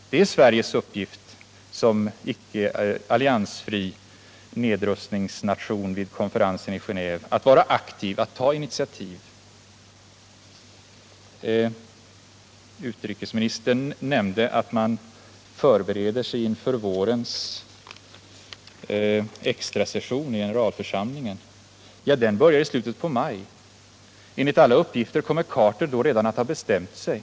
Det är Sveriges uppgift som alliansfri nedrustningsnation vid konferensen i Genéve att vara aktivt och att ta initiativ. Utrikesministern nämnde att man förbereder sig för vårens extrasession i generalförsamlingen. Ja, den börjar i slutet av maj. Enligt alla uppgifter kommer president Carter att då redan ha bestämt sig.